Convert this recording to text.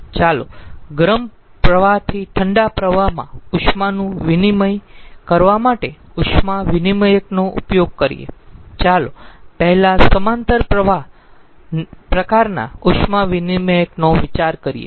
ચાલો ગરમ પ્રવાહથી ઠંડા પ્રવાહમાં ઉષ્માનું વિનિમય કરવા માટે ઉષ્મા વિનીમયકનો ઉપયોગ કરીયે ચાલો પહેલા સમાંતર પ્રવાહ પ્રકારના ઉષ્મા વિનીમયકનો વિચાર કરીયે